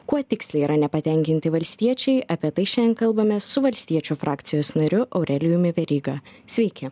kuo tiksliai yra nepatenkinti valstiečiai apie tai šian kalbamės su valstiečių frakcijos nariu aurelijumi veryga sveiki